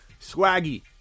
Swaggy